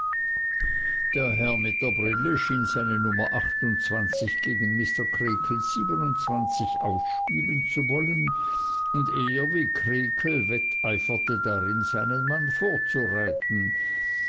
der herr mit der brille schien seine nummer gegen mr creakles ausspielen zu wollen und er wie creakle wetteiferte darin seinen mann vorzureiten